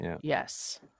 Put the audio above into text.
Yes